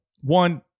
one